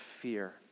fear